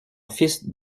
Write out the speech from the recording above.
fils